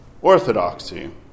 Orthodoxy